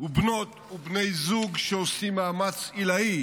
ובנות ובני זוג שעושים מאמץ עילאי